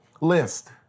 list